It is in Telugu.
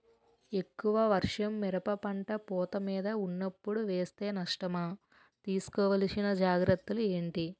ఎక్కువ వర్షం మిరప పంట పూత మీద వున్నపుడు వేస్తే నష్టమా? తీస్కో వలసిన జాగ్రత్తలు ఏంటి?